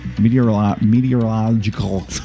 Meteorological